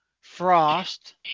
Frost